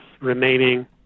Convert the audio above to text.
remaining